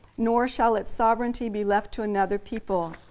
nor shall its sovereignty be left to another people.